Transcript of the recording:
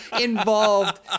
involved